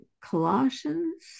Colossians